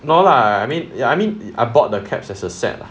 no lah I I mean ya I mean I bought the caps as a set lah